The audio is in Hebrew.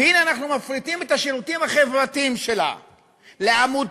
והנה אנחנו מפריטים את השירותים החברתיים שלה לעמותות,